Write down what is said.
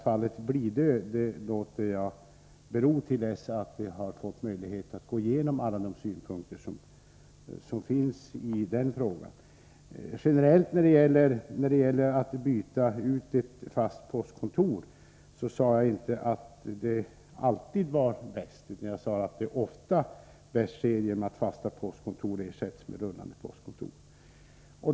Fallet Blidö får alltså bero tills vi har fått möjlighet att gå igenom alla de synpunkter som finns i detta fall. Beträffande att byta ut ett fast postkontor: Jag sade inte att det alltid är bäst utan att det ofta är bäst att ett fast postkontor ersätts med ett rullande postkontor.